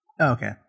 okay